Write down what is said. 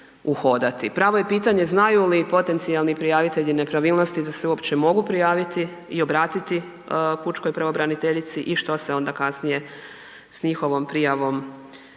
Pravo je pitanje, znaju li potencijalni prijavitelji nepravilnosti da se uopće mogu prijaviti i obratiti pučkoj pravobraniteljici i što se onda kasnije s njihovom prijavom događa.